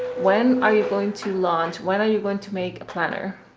when are you going to launch? when are you going to make a planner,